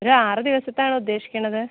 ഒരാറ് ദിവസത്തെയാണ് ഉദ്ദേശിക്കുന്നത്